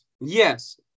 Yes